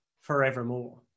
forevermore